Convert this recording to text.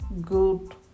good